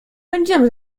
będziemy